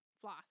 floss